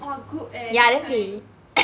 !wah! good eh this kind